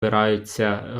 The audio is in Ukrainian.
збираються